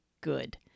good